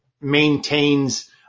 maintains